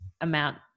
amount